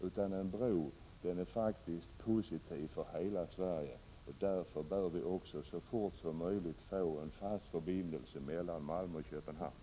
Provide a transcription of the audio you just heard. En bro är faktiskt någonting positivt för hela Sverige. Därför bör vi så fort som möjligt få en fast förbindelse mellan Malmö och Köpenhamn.